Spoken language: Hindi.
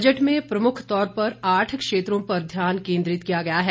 बजट में प्रमुख तौर पर आठ क्षेत्रों पर ध्यान केंद्रित किया गया है